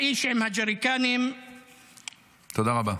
האיש עם הג'ריקנים -- תודה רבה.